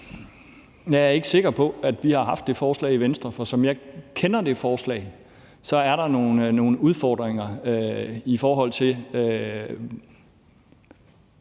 Jeg er ikke sikker på, at vi har haft det forslag i Venstre. For som jeg kender det forslag, er der nogle udfordringer, og jeg